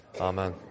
Amen